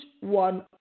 one